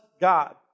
God